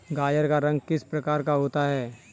गाजर का रंग किस प्रकार का होता है?